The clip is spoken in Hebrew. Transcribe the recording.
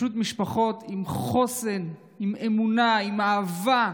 משפחות עם חוסן, עם אמונה, עם אהבה.